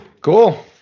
Cool